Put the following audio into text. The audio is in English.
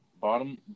bottom